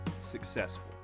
successful